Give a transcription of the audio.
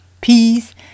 peace